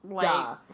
Duh